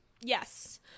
Yes